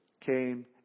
came